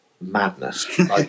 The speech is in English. madness